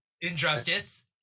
Injustice